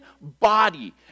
body